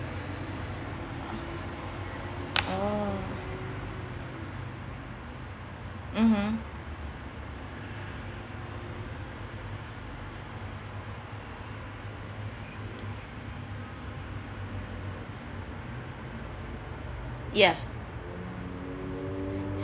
oo mmhmm ya